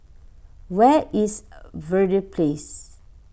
where is Verde Place